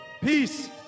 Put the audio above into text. peace